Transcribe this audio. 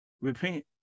Repent